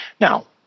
Now